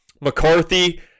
McCarthy